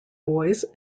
boys